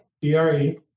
D-R-E